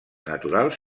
naturals